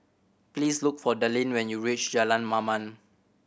please look for Dallin when you reach Jalan Mamam